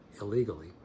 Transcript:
illegally